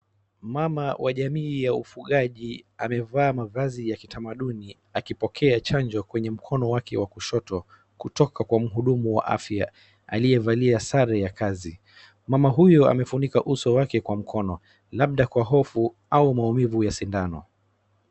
Mama wa jamii ya ufugaji amevaa mavazi ya kitamaduni akipokea chanjo kwenye mkono wake wa kushoto kutoka kwa mhudumu wa afya aliyevalia sare ya kazi. Mama huyo amefunika uso wake kwa mkono labda kwa hofu au maumivu ya sindano.